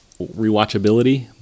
rewatchability